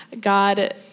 God